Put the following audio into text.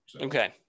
Okay